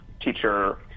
teacher